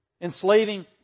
enslaving